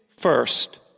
first